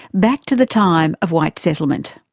back to the time of white settlement.